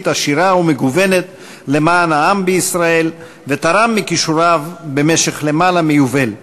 עשירה ומגוונת למען העם בישראל ותרם מכישוריו במשך יותר מיובל.